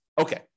Okay